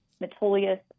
Metolius